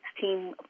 team